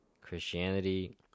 Christianity